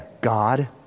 God